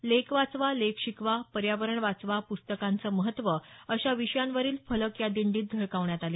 लेक वाचवा लेक शिकवा पर्यावरण वाचवा प्रस्तकांचे महत्व अशा विषयांवरील फलक या दिंडीत झळकावण्यात आले